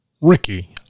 Ricky